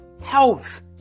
health